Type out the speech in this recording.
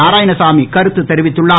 நாராயணசாமி கருத்து தெரிவித்துள்ளார்